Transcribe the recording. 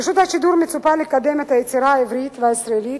מרשות השידור מצופה לקדם את היצירה העברית והישראלית